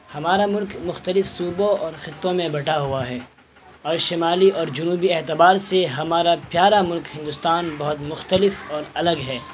ہمارا ملک مختلف صوبوں اور خطوں میں بٹا ہوا ہے اور شمالی اور جنوبی اعتبار سے ہمارا پیارا ملک ہندوستان بہت مختلف اور الگ ہے